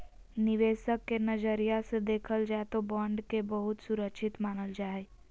निवेशक के नजरिया से देखल जाय तौ बॉन्ड के बहुत सुरक्षित मानल जा हइ